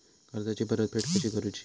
कर्जाची परतफेड कशी करूची?